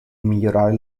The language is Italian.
migliorare